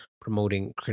promoting